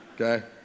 okay